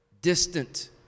distant